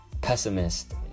pessimist